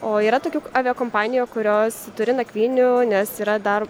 o yra tokių aviakompanijų kurios turi nakvynių nes yra dar